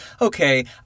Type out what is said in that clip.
okay